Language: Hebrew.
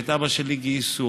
את אבא שלי גייסו,